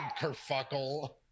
kerfuckle